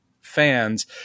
fans